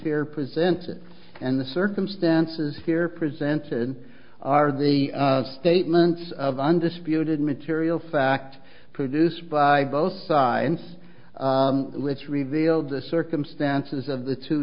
here presented and the circumstances here presented are the statements of undisputed material fact produced by both sides which revealed the circumstances of the two